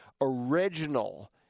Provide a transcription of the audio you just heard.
original